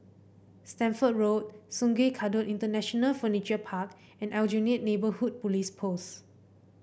Stamford Road Sungei Kadut International Furniture Park and Aljunied Neighbourhood Police Post